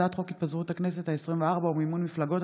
הצעת חוק התפזרות הכנסת העשרים-וארבע ומימון מפלגות,